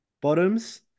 Bottoms